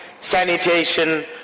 sanitation